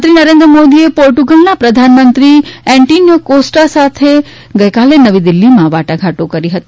પ્રધાનમંત્રી નરેન્દ્ર મોદીએ પોર્ટુગલના પ્રધાનમંત્રી એન્ટોનીયો કોસ્ટા સાથે ગઈકાલે નવી દિલ્ફીમાં વાટાઘાટો કરી હતી